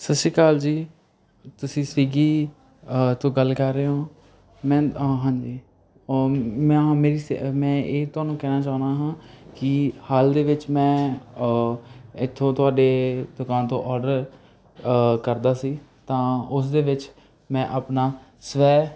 ਸਤਿ ਸ਼੍ਰੀ ਅਕਾਲ ਜੀ ਤੁਸੀਂ ਸਵੀਗੀ ਅ ਤੋਂ ਗੱਲ ਕਰ ਰਹੇ ਹੋ ਮੈਂ ਹਾਂਜੀ ਅ ਮੈਂ ਹਾਂ ਮੇਰੀ ਸ ਮੈਂ ਇਹ ਤੁਹਾਨੂੰ ਕਹਿਣਾ ਚਾਹੁੰਦਾ ਹਾਂ ਕਿ ਹਾਲ ਦੇ ਵਿੱਚ ਮੈਂ ਇੱਥੋਂ ਤੁਹਾਡੇ ਦੁਕਾਨ ਤੋਂ ਔਡਰ ਕਰਦਾ ਸੀ ਤਾਂ ਉਸ ਦੇ ਵਿੱਚ ਮੈਂ ਆਪਣਾ ਸਵੈ